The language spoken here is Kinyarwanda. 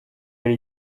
hari